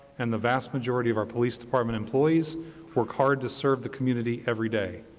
and the vast majority of our police department employees work hard to serve the community every day.